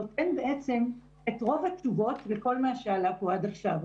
נותן בעצם את רוב התשובות וכל מה שעלה פה עד עכשיו.